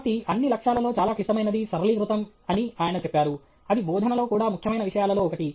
కాబట్టి అన్ని లక్ష్యాలలో చాలా క్లిష్టమైనది సరళీకృతం అని ఆయన చెప్పారు అది బోధనలో కూడా ముఖ్యమైన విషయాలలో ఒకటి